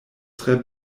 tre